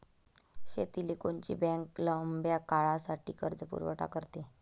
शेतीले कोनची बँक लंब्या काळासाठी कर्जपुरवठा करते?